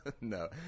no